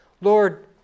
Lord